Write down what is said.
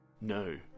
No